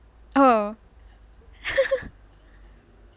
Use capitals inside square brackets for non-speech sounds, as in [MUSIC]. oh [LAUGHS]